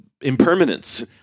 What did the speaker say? impermanence